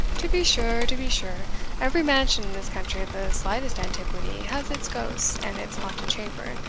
to be sure, to be sure every mansion in this country of the slightest antiquity has its ghosts and its haunted chamber,